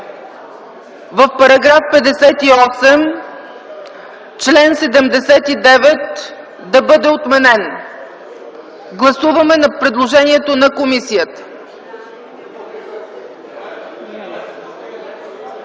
в § 58 чл. 79 да бъде отменен. Гласуваме предложението на комисията.